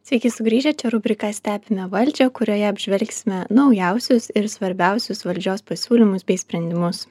sveiki sugrįžę čia rubrika stebime valdžią kurioje apžvelgsime naujausius ir svarbiausius valdžios pasiūlymus bei sprendimus